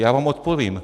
Já vám odpovím.